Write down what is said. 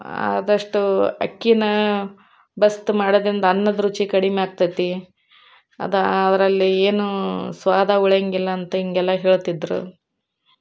ಆದಷ್ಟು ಅಕ್ಕಿನ ಬಸ್ದ್ ಮಾಡೋದ್ರಿಂದ್ ಅನ್ನದ ರುಚಿ ಕಡಿಮೆ ಆಗ್ತೈತಿ ಅದು ಅದರಲ್ಲಿ ಏನೂ ಸ್ವಾದ ಉಳಿಯೋಂಗಿಲ್ಲ ಅಂತ ಹಿಂಗೆಲ್ಲ ಹೇಳ್ತಿದ್ದರು